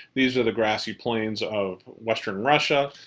these are the grassy plains of western russia.